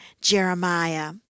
Jeremiah